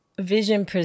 vision